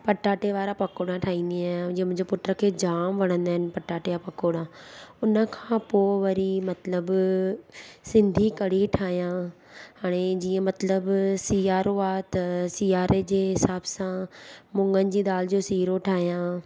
पटाटे वारा पकोड़ा ठाहींदी आहियां जीअं मुंहिंजे पुट खे जाम वणंदा आहिनि पटाटे या पकोड़ा उन खां पोइ वरी मतिलबु सिंधी कड़ी ठाहियां हाणे जीअं मतिलबु सियारो आहे त सियारे जे हिसाब सां मुङनि जी दाल जो सीरो ठाहियां